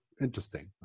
interesting